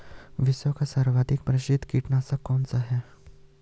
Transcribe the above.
विश्व का सर्वाधिक प्रसिद्ध कीटनाशक कौन सा है?